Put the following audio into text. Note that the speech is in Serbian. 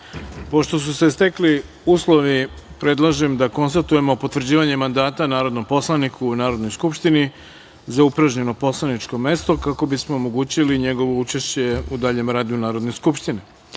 su se stekli uslovi, predlažem da konstatujemo potvrđivanje mandata narodnom poslaniku u Narodnoj skupštini za upražnjeno poslaničko mesto, kako bismo omogućili njegovo učešće u daljem radu Narodne skupštine. Uručena